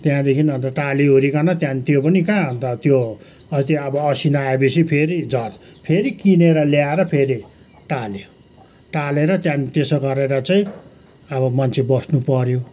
त्यहाँदेखि अन्त टालिओरिकन त्यहाँदेखि त्यो पनि कहाँ अन्त त्यो अस्ति अब असिना आएपछि फेरि झर्छ फेरि किनेर ल्याएर फेरि टाल्यो टालेर त्यहाँदेखि त्यसो गरेर चाहिँ अब मान्छे बस्नुपर्यो